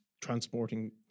transporting